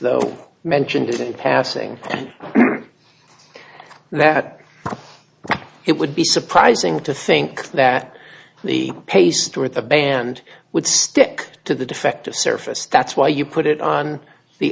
though mentioned in passing that it would be surprising to think that the pe store at the band would stick to the defective surface that's why you put it on the